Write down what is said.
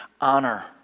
Honor